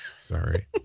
sorry